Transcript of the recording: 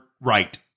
right